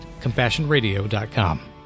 CompassionRadio.com